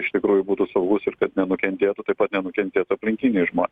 iš tikrųjų būtų saugus ir kad nenukentėtų taip pat nenukentėtų aplinkiniai žmonės